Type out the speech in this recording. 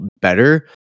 better